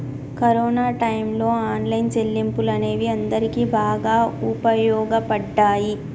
corona టైయ్యంలో online చెల్లింపులు అనేవి అందరికీ బాగా వుపయోగపడ్డయ్యి